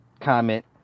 Comment